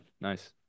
nice